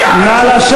תשווה אותי אליך,